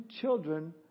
children